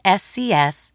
scs